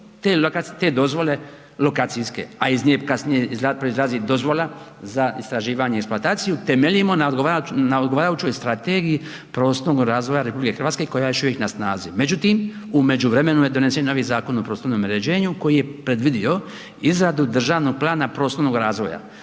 te dozvole lokacijske a iz nje kasnije proizlazi dozvola za istraživanje i eksploataciju temeljimo na odgovarajućoj strategiji prostornog razvoja Republike Hrvatske koja je još uvijek na snazi. Međutim, u međuvremenu je donesen novi Zakon o prostornom uređenju koji je predvidio izradu državnog plana prostornog razvoja.